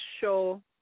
show